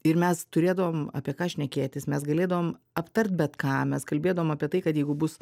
ir mes turėdavom apie ką šnekėtis mes galėdavom aptart bet ką mes kalbėdavom apie tai kad jeigu bus